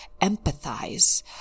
empathize